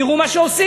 תראו מה שעושים.